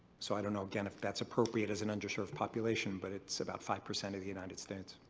so i don't know, again, if that's appropriate as an underserved population, but it's about five percent of the united states.